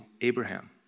Abraham